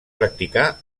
practicar